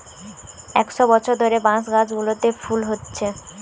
একশ বছর ধরে বাঁশ গাছগুলোতে ফুল হচ্ছে